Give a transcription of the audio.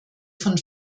von